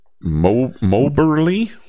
Moberly